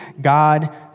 God